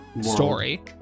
story